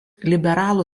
liberalų